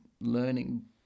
learning